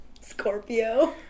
Scorpio